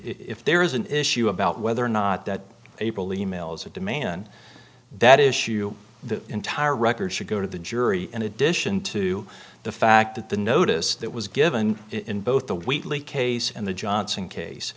if there is an issue about whether or not that april e mails a demand that issue the entire record should go to the jury in addition to the fact that the notice that was given in both the wheatley case and the johnson case